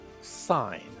sign